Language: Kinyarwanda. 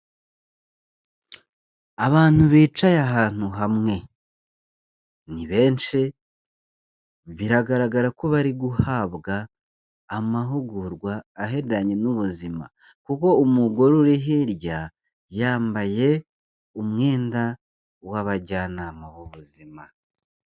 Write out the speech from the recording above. Abantu bicaye ahantu hamwe. Ni benshi, biragaragara ko bari guhabwa, amahugurwa agendanye n'ubuzima. Kuko umugore uri hirya yambaye umwenda w'abajyanama b'ubuzima.